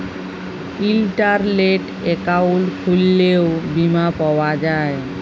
ইলটারলেট একাউল্ট খুইললেও বীমা পাউয়া যায়